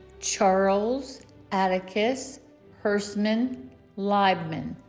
charles atticus hersemann leibman